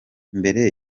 mbere